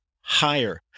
higher